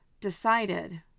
decided